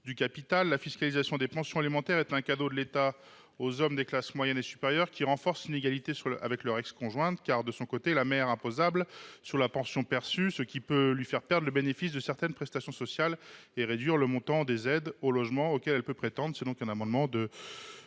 intitulé, « la fiscalisation des pensions alimentaires est un cadeau de l’État aux hommes des classes moyennes et supérieures, qui renforce l’inégalité avec leur ex conjointe ». De son côté, la mère est imposable sur la pension perçue ; de ce fait, elle peut perdre le bénéfice de certaines prestations sociales. En outre, le montant des aides au logement auxquelles elle peut prétendre peut s’en trouver